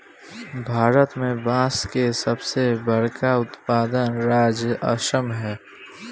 भारत में बांस के सबसे बड़का उत्पादक राज्य असम ह